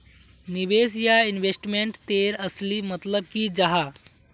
निवेश या इन्वेस्टमेंट तेर असली मतलब की जाहा?